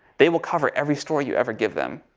they will cover every story you ever give them,